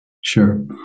sure